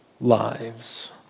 lives